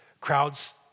Crowds